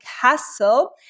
castle